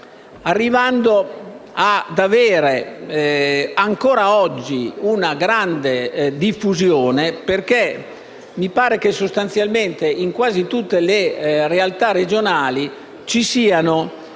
arrivando ad avere ancora oggi una grande diffusione. Infatti, mi pare che sostanzialmente in quasi tutte le realtà regionali ci siano